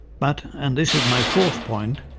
but, and this is my fourth point,